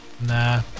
Nah